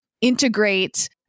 integrate